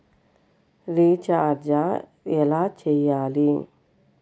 Recharge ఎలా చెయ్యాలి?